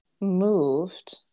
moved